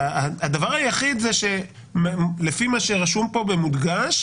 שהדבר היחיד לפי מה שרשום פה במודגש,